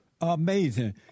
amazing